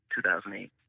2008